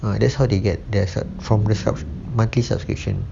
ah that's how they get their sub~ for themselves monthly subscription